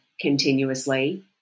continuously